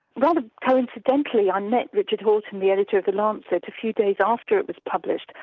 rather coincidentally i met richard horton, the editor of the lancet, a few days after it was published,